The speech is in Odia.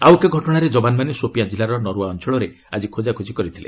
ଆଉ ଏକ ଘଟଣାରେ ଯବାନମାନେ ସୋପିଆଁ ଜିଲ୍ଲାର ନର୍ୱ୍ୱା ଅଞ୍ଚଳରେ ଆକି ଖୋକାଖୋଜି କରିଥିଲେ